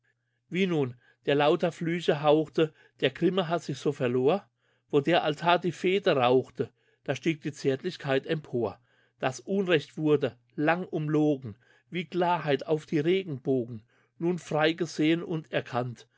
wie nun der lauter flüche hauchte der grimme haß sich so verlor wo der altar der fehde rauchte da stieg die zärtlichkeit empor das unrecht wurde lang umlogen wie klarheit auf die regenbogen nun frei gesehen und erkannt